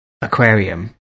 aquarium